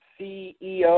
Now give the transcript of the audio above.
CEO